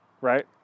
right